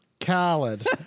Khaled